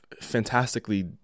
fantastically